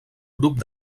grup